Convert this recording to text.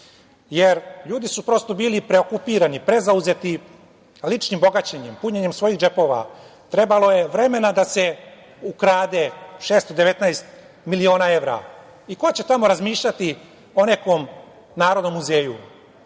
jer ljudi su prosto bili preokupirani, prezauzeti ličnim bogaćenjem, punjenjem svojih džepova, trebalo je vremena da se ukrade 619 miliona evra, i ko će tamo razmišljati o nekom Narodnom muzeju. Slična